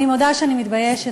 אני מודה שאני מתביישת,